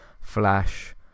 Flash